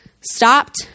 stopped